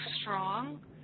strong